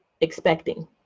expecting